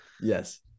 Yes